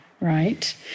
right